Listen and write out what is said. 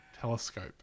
telescope